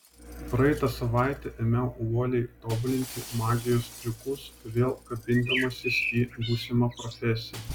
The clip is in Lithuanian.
praeitą savaitę ėmiau uoliai tobulinti magijos triukus vėl kabindamasis į būsimą profesiją